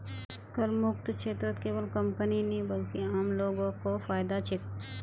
करमुक्त क्षेत्रत केवल कंपनीय नी बल्कि आम लो ग को फायदा छेक